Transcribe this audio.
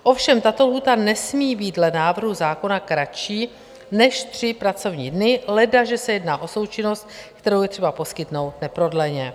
Ovšem tato lhůta nesmí být dle návrhu zákona kratší než tři pracovní dny, ledaže se jedná o součinnost, kterou je třeba poskytnout neprodleně.